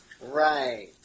Right